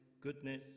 goodness